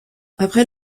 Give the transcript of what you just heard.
après